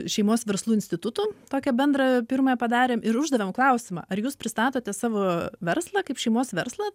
šeimos verslų institutu tokią bendrą pirmąją padarėm ir uždavėm klausimą ar jūs pristatote savo verslą kaip šeimos verslą